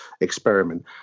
experiment